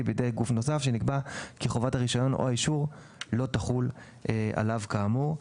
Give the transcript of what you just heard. בידי גוף נוסף שנקבע כי חובת הרישיון או אישור לא תחול עליו כאמור.